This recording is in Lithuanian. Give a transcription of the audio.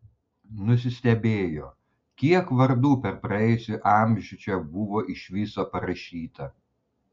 nusistebėjo kiek vardų per praėjusį amžių čia buvo iš viso parašyta